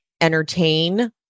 entertain